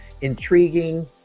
intriguing